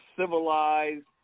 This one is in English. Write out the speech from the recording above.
civilized